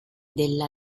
della